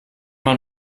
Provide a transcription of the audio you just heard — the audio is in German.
man